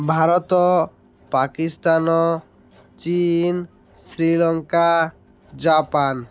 Bharat Pakistan Chin Sri Lanka Japan